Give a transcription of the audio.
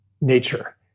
nature